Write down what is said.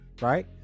Right